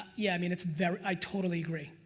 yeah, i mean it's very i totally agree.